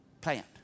Plant